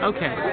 Okay